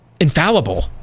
infallible